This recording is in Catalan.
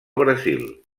brasil